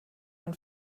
man